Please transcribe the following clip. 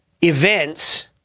events